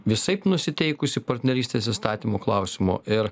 visaip nusiteikusi partnerystės įstatymų klausimu ir